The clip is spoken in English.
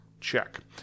Check